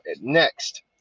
next